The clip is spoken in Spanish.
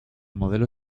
modelo